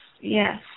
yes